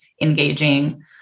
engaging